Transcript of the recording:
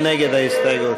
מי נגד ההסתייגות?